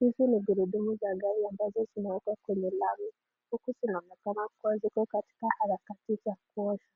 Hizi ni gurudumu za gari ambazo zinaenda kwenye lami, huku zinaonekana ziko katika harakati za kuoshwa,